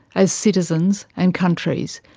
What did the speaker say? as citizens and countries,